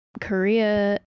Korea